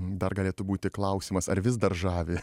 dar galėtų būti klausimas ar vis dar žavi